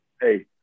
Hey